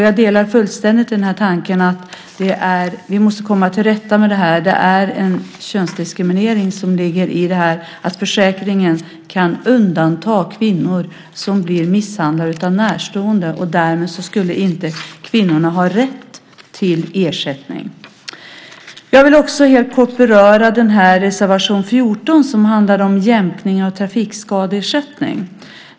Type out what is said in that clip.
Jag delar fullständigt tanken att vi måste komma till rätta med det här. Det är en könsdiskriminering som ligger i detta att försäkringen kan undanta kvinnor som blir misshandlade av närstående, och därmed skulle kvinnorna inte ha rätt till ersättning. Jag vill också helt kort beröra reservation 14, som handlar om jämkning av trafikskadeersättning.